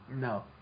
No